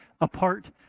apart